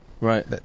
right